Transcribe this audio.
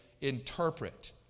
interpret